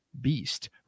beast